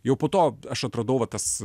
jau po to aš atradau va tas